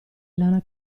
lana